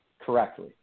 correctly